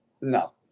No